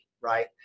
right